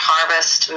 Harvest